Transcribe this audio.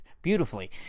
Beautifully